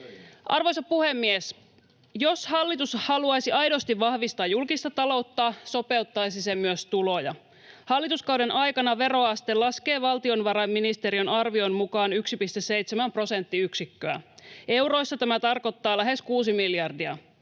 Arvoisa puhemies! Jos hallitus haluaisi aidosti vahvistaa julkista taloutta, sopeuttaisi se myös tuloja. Hallituskauden aikana veroaste laskee valtiovarainministeriön arvion mukaan 1,7 prosenttiyksikköä. Euroissa tämä tarkoittaa lähes 6:ta miljardia,